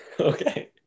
Okay